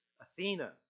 Athena